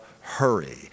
Hurry